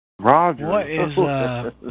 Roger